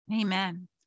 Amen